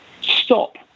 stop